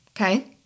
okay